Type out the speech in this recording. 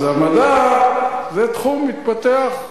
אז המדע זה תחום מתפתח.